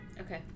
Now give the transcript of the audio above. Okay